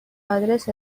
آدرس